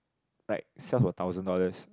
like sell for a thousand dollars